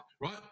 right